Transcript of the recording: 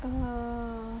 err